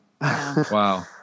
wow